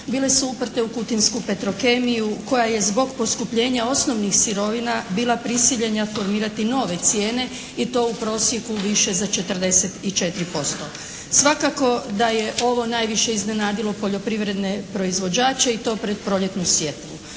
bile su uprte u kutinsku Petrokemiju koja je zbog poskupljenja osnovnih sirovina bila prisiljena tonirati nove cijene i to u prosjeku više za 44%. Svakako da je ovo najviše iznenadilo poljoprivredne proizvođače i to pred proljetnu sjetvu.